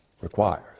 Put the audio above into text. requires